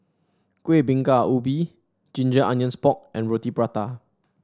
Kuih Bingka Ubi Ginger Onions Pork and Roti Prata